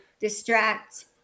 distract